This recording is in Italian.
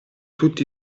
tutti